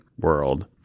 world